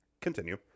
continue